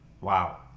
Wow